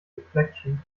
reflection